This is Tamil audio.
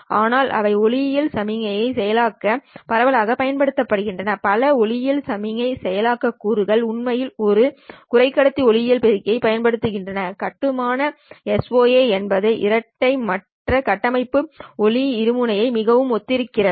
ஆனால் அவை ஒளியியல் சமிக்ஞை செயலாக்கம் பரவலாகப் பயன்படுத்தப்படுகின்றன பல ஒளியியல் சமிக்ஞை செயலாக்கம் கூறுகள் உண்மையில் ஒரு குறைக்கடத்தி ஒளியியல் பெருக்கியைப் பயன்படுத்துகின்றன கட்டுமான SOA என்பது இரட்டை மற்ற கட்டமைப்பு ஒளிமி இருமுனையை மிகவும் ஒத்திருக்கிறது